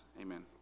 Amen